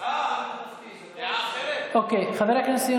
תודה לחבר כנסת משה